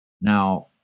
Now